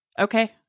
Okay